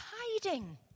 hiding